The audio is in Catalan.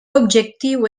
objectiu